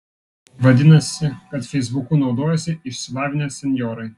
vadinasi kad feisbuku naudojasi išsilavinę senjorai